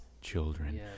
children